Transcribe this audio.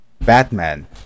Batman